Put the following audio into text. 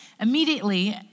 Immediately